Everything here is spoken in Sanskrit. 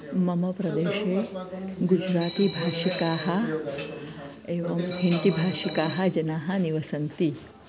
मम प्रदेशे गुजरातीभाषिकाः एवं हिन्दीभाषिकाः जनाः निवसन्ति